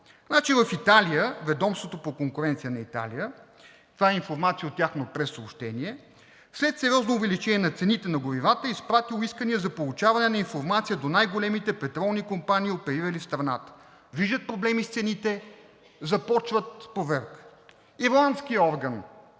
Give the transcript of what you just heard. В Италия ведомството по конкуренция на Италия, това е информация от тяхно прессъобщение, след сериозно увеличение на цените на горивата е изпратило искане за получаване на информация до най-големите петролни компании, оперирали в страната – виждат проблеми с цените и започват проверка. Ирландският орган